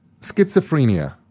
schizophrenia